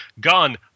gun